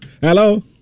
Hello